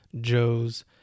Joe's